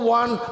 one